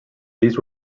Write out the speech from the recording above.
these